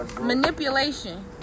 Manipulation